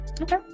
Okay